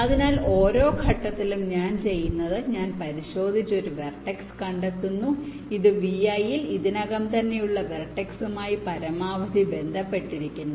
അതിനാൽ ഓരോ ഘട്ടത്തിലും ഞാൻ ചെയ്യുന്നത് ഞാൻ പരിശോധിച്ച് ഒരു വെർടെക്സ് കണ്ടെത്തുന്നു ഇത് Vi ൽ ഇതിനകം തന്നെ ഉള്ള വെർടെക്സുമായി പരമാവധി ബന്ധപ്പെട്ടിരിക്കുന്നു